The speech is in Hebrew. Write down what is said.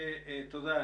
תודה.